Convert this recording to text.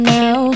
now